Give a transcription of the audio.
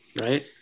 right